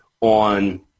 on